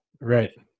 right